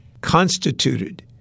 constituted